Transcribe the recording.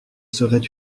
serait